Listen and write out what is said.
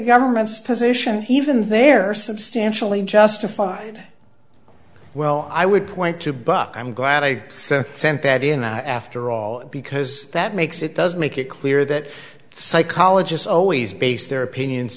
government's position even there substantially justified well i would point to buck i'm glad i sent that in after all because that makes it does make it clear that psychologists always base their opinions